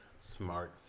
smart